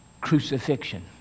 crucifixion